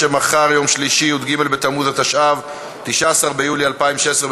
התשע"ו 2016,